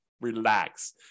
relax